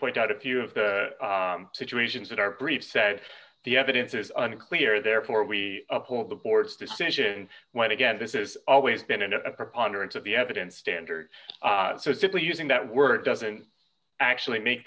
point out a few of the situations that are brief said the evidence is unclear therefore we uphold the board's decision when again this is always been a preponderance of the evidence standard so simply using that word doesn't actually make